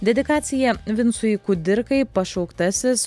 dedikacija vincui kudirkai pašauktasis